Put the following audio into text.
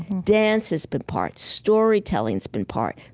dance has been part. storytelling's been part.